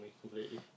completely